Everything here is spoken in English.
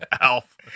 Alf